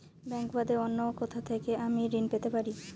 Bank বাদে অন্য কোথা থেকে আমি ঋন পেতে পারি?